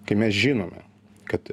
kai mes žinome kad